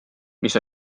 mis